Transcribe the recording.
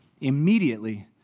Immediately